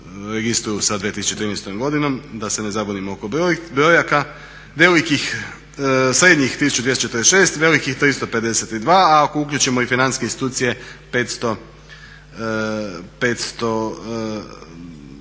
registru sa 2013. godinom, da se ne zabunimo oko brojki, srednjih 1246, velikih 352 a ako uključimo i financijske institucije 500 ukupno